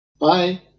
Bye